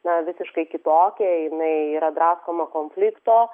na visiškai kitokia jinai yra draskoma konflikto